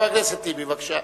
חבר הכנסת טיבי, בבקשה.